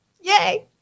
yay